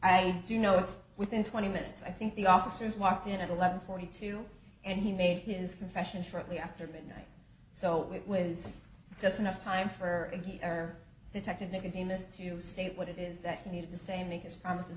i do know it's within twenty minutes i think the officers walked in at eleven forty two and he made his confession shortly after midnight so it was just enough time for him here detective nicotine this to say what it is that he needed to say make his promises